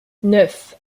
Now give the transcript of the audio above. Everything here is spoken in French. neuf